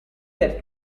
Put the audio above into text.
per